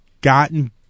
gotten